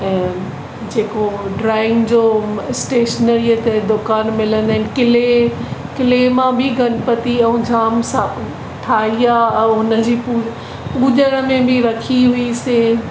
ऐं जेको ड्राइंग जो स्टेशनरीअ ते दुकान मिलंदा आहिनि क्ले क्ले मां बि गनपती ऐं जाम सा ठाही आहे ऐं उन जी पु पुजण में बि रखी हुईसीं